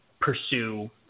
pursue